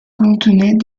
contenaient